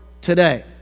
today